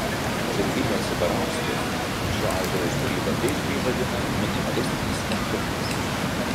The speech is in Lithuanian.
virginija cibarauskė šio autoriaus kūrybą taikliai vadina minimalistiniais noktiurnais